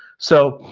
so,